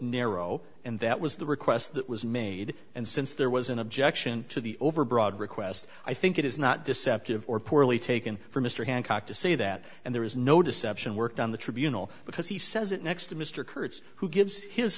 narrow and that was the request that was made and since there was an objection to the overbroad request i think it is not deceptive or poorly taken for mr hancock to say that and there is no deception worked on the tribunal because he says it next to mr kurtz who gives his